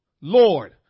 Lord